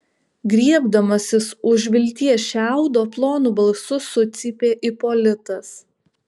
griebdamasis už vilties šiaudo plonu balsu sucypė ipolitas